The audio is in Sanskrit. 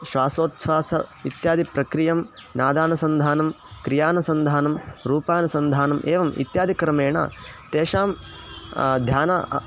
श्वासोच्छ्वास इत्यादिप्रक्रियां नादानुसन्धानं क्रियानुसन्धानं रूपानुसन्धानम् एवम् इत्यादिक्रमेण तेषां ध्यानं